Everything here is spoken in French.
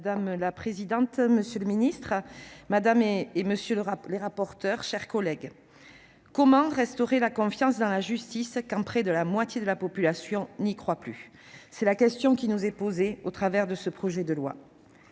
Madame la présidente, monsieur le garde des sceaux, mes chers collègues, comment restaurer la confiance dans la justice quand près de la moitié de la population n'y croit plus ? Voilà la question qui nous est posée au travers de ce projet de loi.